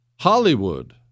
Hollywood